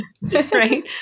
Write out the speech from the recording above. Right